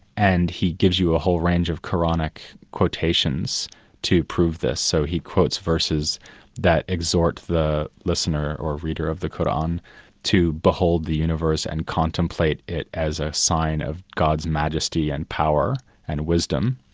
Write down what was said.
and he gives you a whole range of koranic quotations to prove this. so, he quotes verses that exhort the listener or reader of the koran to behold the universe and contemplate it as a sign of god's majesty and power and wisdom,